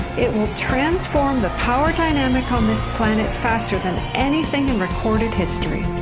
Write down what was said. it will transform the power dynamic on this planet faster than anything in recorded history.